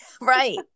Right